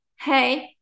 hey